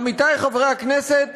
עמיתי חברי הכנסת,